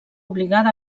obligada